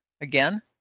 Again